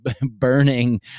burning